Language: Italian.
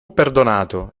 perdonato